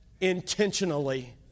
intentionally